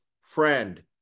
friend